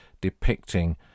depicting